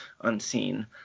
unseen